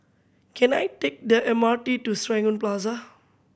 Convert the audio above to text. can I take the M R T to Serangoon Plaza